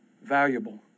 valuable